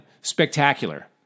spectacular